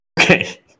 okay